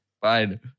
Fine